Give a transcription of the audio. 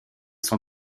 son